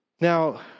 Now